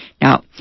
Now